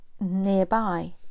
nearby